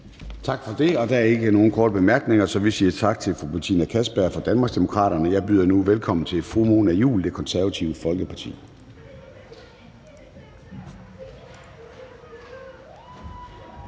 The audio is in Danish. Tak for det. Der er ikke nogen korte bemærkninger, så vi siger tak til fru Bettina Kastbjerg fra Danmarksdemokraterne. Jeg byder nu velkommen til fru Mona Juul, Det Konservative Folkeparti.